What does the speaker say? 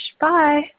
Bye